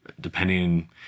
Depending